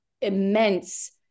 immense